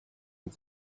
and